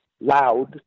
loud